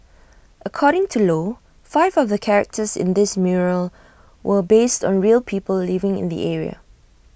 according to low five of the characters in this mural were based on real people living in the area